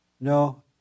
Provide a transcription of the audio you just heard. no